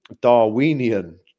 Darwinian